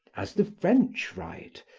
as the french write,